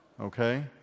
Okay